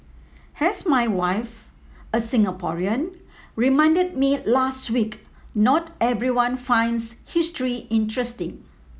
as my wife a Singaporean reminded me last week not everyone finds history interesting